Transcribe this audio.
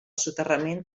soterrament